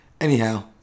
Anyhow